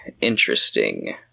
Interesting